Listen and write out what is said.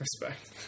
respect